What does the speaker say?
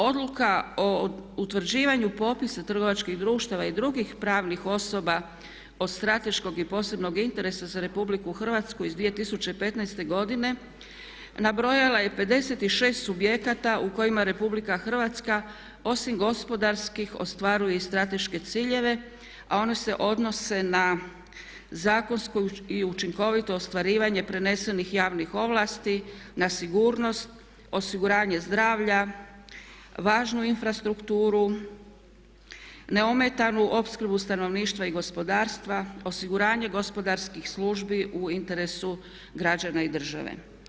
Odluka o utvrđivanju popisa trgovačkih društava i drugih pravnih osoba od strateškog i posebnog interesa za RH iz 2015., nabrojala je 56 subjekata u kojima RH osim gospodarskih ostvaruje i strateške ciljeve a oni se odnose na zakonsko i učinkovito ostvarivanje prenesenih javnih ovlasti, na sigurnost, osiguranje zdravlja, važnu infrastrukturu, neometanu opskrbu stanovništva i gospodarstva, osiguranje gospodarskih službi u interesu građana i države.